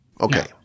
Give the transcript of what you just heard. Okay